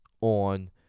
on